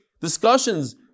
discussions